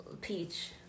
Peach